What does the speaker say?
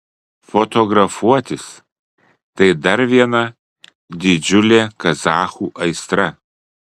fotografuotis tai dar viena didžiulė kazachų aistra